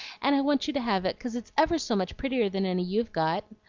and i want you to have it, cause it's ever so much prettier than any you've got.